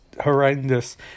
horrendous